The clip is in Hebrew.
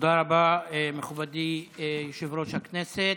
תודה רבה, מכובדי יושב-ראש הכנסת.